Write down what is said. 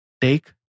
Take